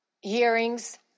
hearings